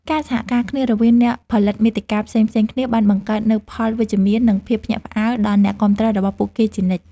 ការសហការគ្នារវាងអ្នកផលិតមាតិកាផ្សេងៗគ្នាបានបង្កើតនូវផលវិជ្ជមាន និងភាពភ្ញាក់ផ្អើលដល់អ្នកគាំទ្ររបស់ពួកគេជានិច្ច។